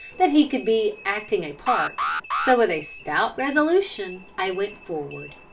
that he could be acting a part so with a stout resolution i went forward.